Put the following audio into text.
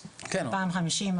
2050,